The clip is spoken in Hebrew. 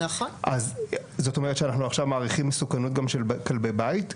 אז זאת אומרת שאנחנו עכשיו מעריכים מסוכנות גם של כלבי בית?